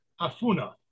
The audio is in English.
afuna